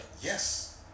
yes